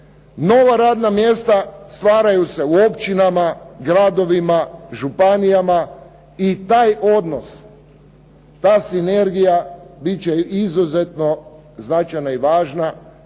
nova radna mjesta stvaraju se u općinama, gradovima, županijama. I taj odnos, ta sinergija bit će izuzetno značajna i važna